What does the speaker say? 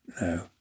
no